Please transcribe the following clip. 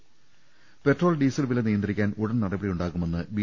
് petrol diesel വില നിയന്ത്രിക്കാൻ ഉടൻ നടപടി യുണ്ടാകുമെന്ന് ബി